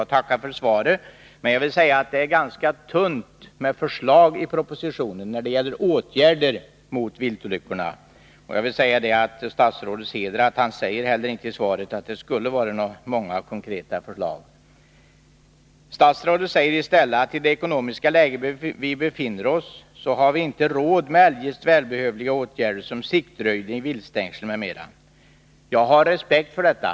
Jag tackar för svaret, men jag vill säga att det är ganska tunt med förslag i propositionen när det gäller åtgärder mot viltolyckorna. Till statsrådets heder noterar jag att han inte heller säger att det skulle vara många konkreta förslag. Statsrådet säger i stället att i det ekonomiska läget vi befinner oss i har vi inte råd med eljest välbehövliga åtgärder såsom siktröjning och viltstängsel. Jag har respekt för detta.